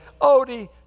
Odie